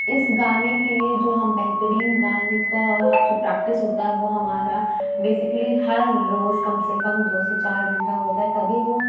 اِس گانے کے لیے جو ہم بہترین گانے کا جو پریکٹس ہوتا ہے وہ ہمارا بیسیکلی ہر روز کم سے کم دو سے چار گھنٹہ ہوتا ہے تبھی وہ